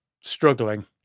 struggling